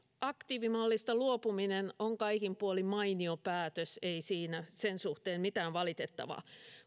aktiivimallista luopuminen on kaikin puolin mainio päätös sen suhteen ei ole mitään valitettavaa